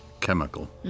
chemical